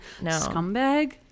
scumbag